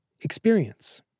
experience